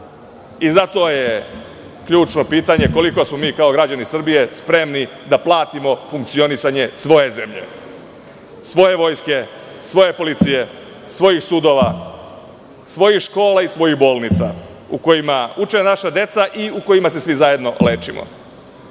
je ključno pitanje, koliko smo mi kao građani Srbije spremni da platimo funkcionisanje svoje zemlje, svoje vojske, svoje policije, svojih sudova, svojih škola i svojih bolnica u kojima uče naša deca i u kojima se svi zajedno lečimo?